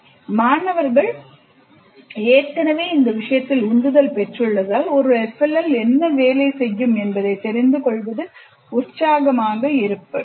மாணவர்கள் ஏற்கனவே உந்துதல் பெற்றுள்ளதால் ஒரு FLL என்ன வேலை செய்யும் என்பதை தெரிந்து கொள்வதில் உற்சாகமாக உள்ளனர்